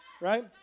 right